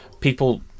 People